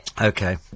Okay